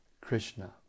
Krishna